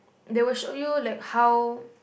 they will show you like how